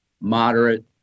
moderate